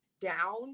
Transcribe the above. down